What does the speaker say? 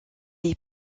est